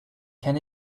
can